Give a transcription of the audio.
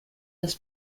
das